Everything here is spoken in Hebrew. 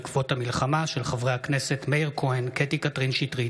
בהצעתם של חברי הכנסת מאיר כהן, קטי קטרין שטרית,